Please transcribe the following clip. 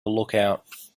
lookout